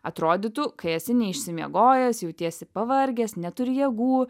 atrodytų kai esi neišsimiegojęs jautiesi pavargęs neturi jėgų